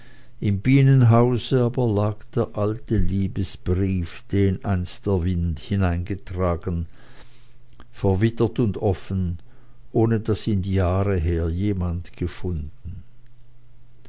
im bienenhause aber lag der alte liebesbrief den der wind einst dahin getragen verwittert und offen ohne daß ihn die jahre her jemand gefunden